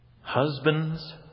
Husbands